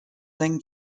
than